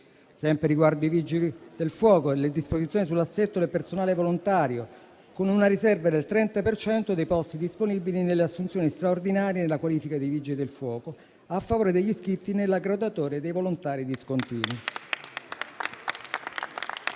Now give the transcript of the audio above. Sempre con riguardo ai Vigili del fuoco, ricordo le disposizioni sull'assetto del personale volontario, con una riserva del 30 per cento dei posti disponibili nelle assunzioni straordinarie nella qualifica di Vigili del fuoco, a favore degli iscritti nella graduatoria dei volontari discontinui.